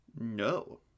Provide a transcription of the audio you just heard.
No